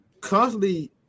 constantly